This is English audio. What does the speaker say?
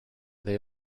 they